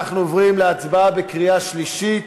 אנחנו עוברים להצבעה בקריאה שלישית.